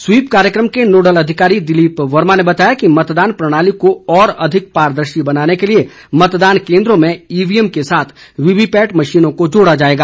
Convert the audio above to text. SVEEP कार्यक्रम के nodal अधिकारी दिलीप वर्मा ने बताया कि मतदान प्रणाली को और अधिक पारदर्शी बनाने के लिए मतदान केन्द्रों में ईवीएम के साथ वीवीपैट मशीनों को जोड़ा जाएगा